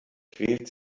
quält